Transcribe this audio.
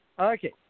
Okay